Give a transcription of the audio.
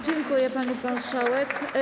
Dziękuję, pani marszałek.